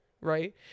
right